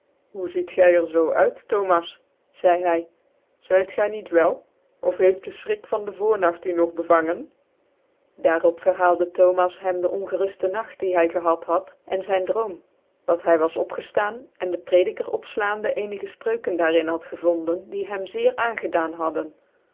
hoe ziet er zoo nit thomas ssydê hv zytgy niet wel of heeft de fchrik van de voornagt u neg bevangen d iar op verhaalde thomas hem de on gerufte nagt die hy gehad had en zync droom dot hy was opgedaan en de prediker opfhandc cenic fprcuken daar in had rcvondvn die hem zeer aarigedann hadden